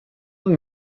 und